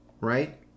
right